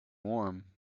warm